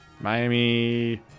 Miami